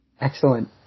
excellent